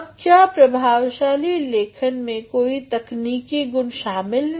अब क्या प्रभावशाली लेखन में कोई तकनीकी गुण शामिल हैं